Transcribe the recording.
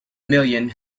million